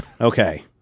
Okay